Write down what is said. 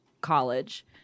college